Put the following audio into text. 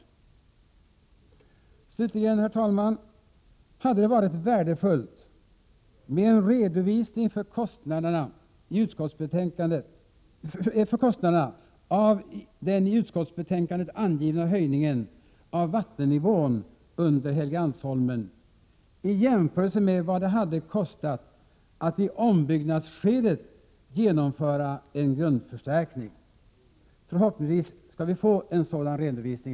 Slutligen, herr talman, hade det varit värdefullt med en redovisning av kostnaderna för den i utskottsbetänkandet angivna höjningen av vattennivån under Helgeandsholmen i jämförelse med vad det hade kostat att i ombyggnadsskedet genomföra en grundförstärkning. Förhoppningsvis skall vi få en sådan redovisning.